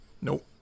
Nope